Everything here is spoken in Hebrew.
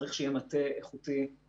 צריך שיהיה מטה איכותי,